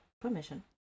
permission